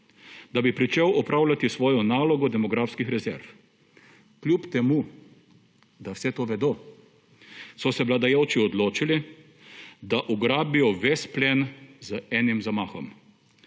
da bi pričel opravljati svojo nalogo demografskih rezerv. Kljub temu, da vse to vedo so se vladajoči odločili, da ugrabijo ves plen z enim zamahom.